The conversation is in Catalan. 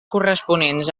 corresponents